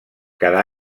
cada